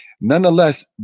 Nonetheless